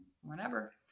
whenever